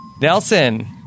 Nelson